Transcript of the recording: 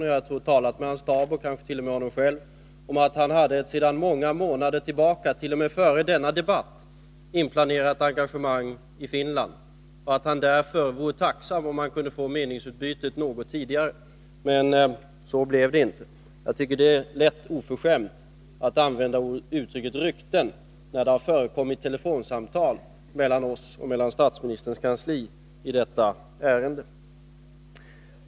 Jag tror att han har talat med statsministerns stab och t.o.m. med statsministern själv om att han sedan många månader tillbaka hade ett inplanerat engagemang i Finland. Därför vore han tacksam för ett meningsutbyte något tidigare. Men så blev det inte. Det är emellertid något oförskämt att använda beteckningen ”rykten”, när det i själva verket har förekommit telefonsamtal mellan oss och statsministerns kansli i detta ärende.